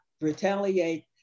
retaliate